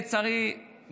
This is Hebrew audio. לצערי,